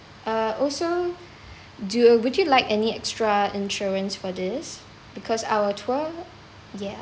uh also do would you like any extra insurance for this because our tour yeah